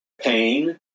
pain